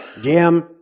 Jim